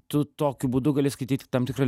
tu tokiu būdu gali skaityt tam tikrą li